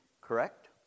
Correct